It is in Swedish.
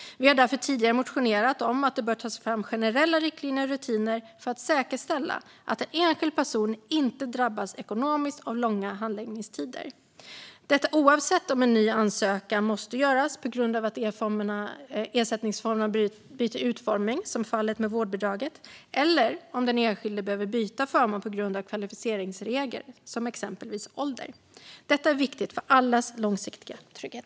Vi har därför tidigare motionerat om att det bör tas fram generella riktlinjer och rutiner för att säkerställa att en enskild person inte drabbas ekonomiskt av långa handläggningstider, detta oavsett om en ny ansökan måste göras på grund av att ersättningsförmåner byter utformning, som i fallet med vårdbidraget, eller om den enskilde behöver byta förmån på grund av kvalificeringsregler, som exempelvis ålder. Detta är viktigt för allas långsiktiga trygghet.